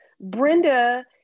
Brenda